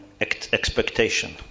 expectation